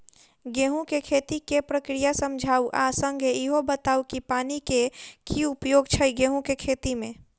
गेंहूँ केँ खेती केँ प्रक्रिया समझाउ आ संगे ईहो बताउ की पानि केँ की उपयोग छै गेंहूँ केँ खेती में?